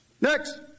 Next